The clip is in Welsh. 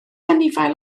anifail